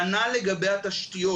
כנ"ל לגבי התשתיות.